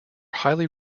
highly